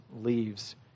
leaves